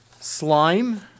slime